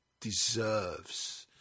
deserves